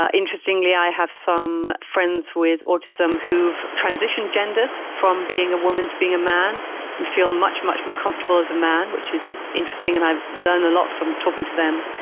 interestingly i have some friends with autism who have transitioned genders from being a woman to being a man and feel much, much more comfortable as a man, which is interesting, and i learn a lot from talking to them.